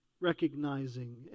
recognizing